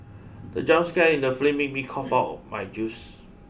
the jump scare in the film made me cough out my juice